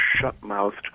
shut-mouthed